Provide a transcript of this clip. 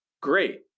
great